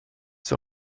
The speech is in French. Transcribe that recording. sur